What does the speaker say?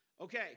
Okay